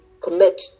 commit